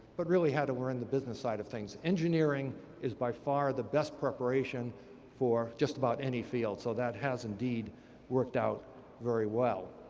but really had to learn the business side of things. engineering is, by far, the best preparation for just about any field. so that has indeed worked out very well.